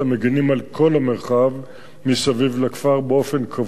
על כל המרחב מסביב לכפר באופן קבוע,